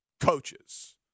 coaches